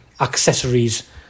accessories